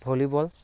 volleyball